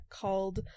called